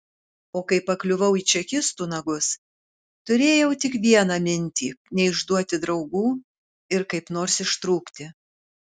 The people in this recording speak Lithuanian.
o kai pakliuvau į čekistų nagus turėjau tik vieną mintį neišduoti draugų ir kaip nors ištrūkti